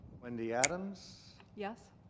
wendy adams. yes.